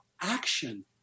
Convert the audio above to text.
action